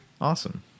Awesome